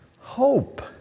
Hope